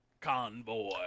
Convoy